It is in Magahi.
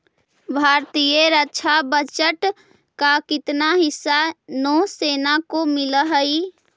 भारतीय रक्षा बजट का कितना हिस्सा नौसेना को मिलअ हई